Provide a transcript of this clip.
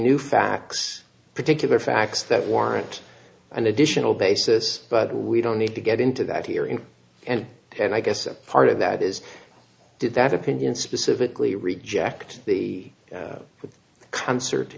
new facts particular facts that warrant an additional basis but we don't need to get into that here in and and i guess a part of that is did that opinion specifically reject the conser